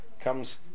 comes